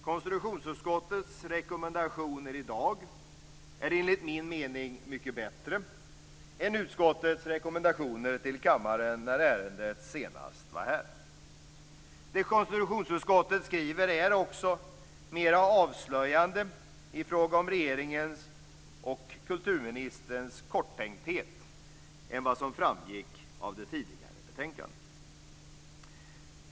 Konstitutionsutskottets rekommendationer i dag är mycket bättre än utskottets rekommendationer till kammaren när ärendet senast var här. Det som konstitutionsutskottet skriver är mer avslöjande i fråga om regeringens och kulturministerns korttänkthet än vad som framgick av det tidigare betänkandet.